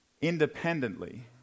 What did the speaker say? independently